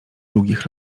długich